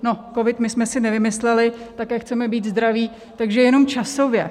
No, covid my jsme si nevymysleli, také chceme být zdraví, takže jenom časově.